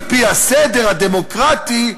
על-פי הסדר הדמוקרטי: